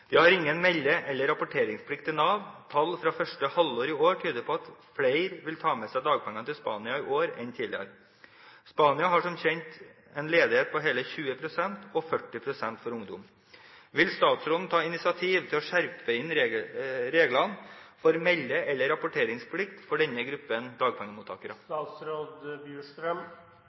De har ingen melde- eller rapporteringsplikt til Nav. Tall fra første halvår i år tyder på at flere vil ta med dagpengene til Spania i år enn tidligere. Spania har som kjent en ledighet på hele 20 pst. og 40 pst. for ungdom. Vil statsråden ta initiativ til å skjerpe inn reglene for melde- eller rapporteringsplikt for denne gruppen dagpengemottakere?»